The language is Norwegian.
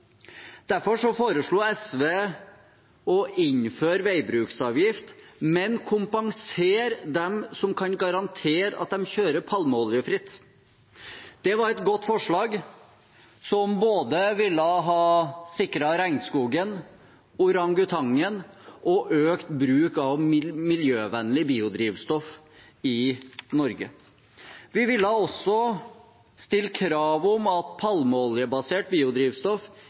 Derfor foreslo SV å innføre veibruksavgift, men kompensere dem som kan garantere at de kjører palmeoljefritt. Det var et godt forslag, som både ville ha sikret regnskogen, orangutangen og økt bruk av miljøvennlig biodrivstoff i Norge. Vi ville også stille krav om at palmeoljebasert biodrivstoff